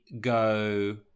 go